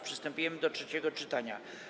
Przystępujemy do trzeciego czytania.